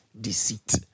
deceit